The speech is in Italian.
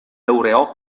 laureò